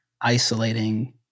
isolating